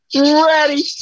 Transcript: ready